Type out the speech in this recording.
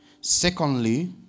Secondly